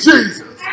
Jesus